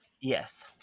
yes